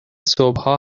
صبحها